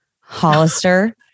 Hollister